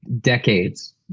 decades